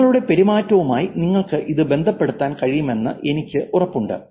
നിങ്ങളുടെ പെരുമാറ്റവുമായി നിങ്ങൾക്ക് ഇത് ബന്ധപ്പെടുത്താൻ കഴിയുമെന്ന് എനിക്ക് ഉറപ്പുണ്ട്